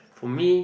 for me